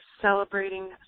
celebrating